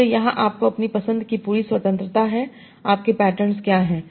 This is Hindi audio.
इसलिए यहां आपको अपनी पसंद की पूरी स्वतंत्रता है आपके पैटर्न क्या हैं